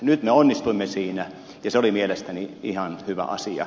nyt me onnistuimme siinä ja se oli mielestäni ihan hyvä asia